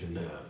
ya